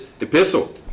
epistle